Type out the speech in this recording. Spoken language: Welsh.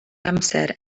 amser